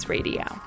Radio